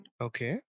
Okay